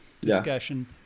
discussion